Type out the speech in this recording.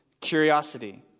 curiosity